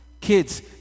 Kids